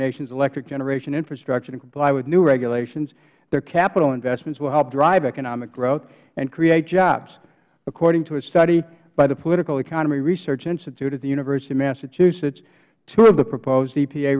nation's electric generation infrastructure to comply with new regulations their capital investments will help drive economic growth and create jobs according to a study by the political economy research institute at the university of massachusetts two of the proposed